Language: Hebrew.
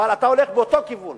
אבל אתה הולך באותו כיוון